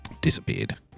disappeared